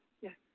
Yes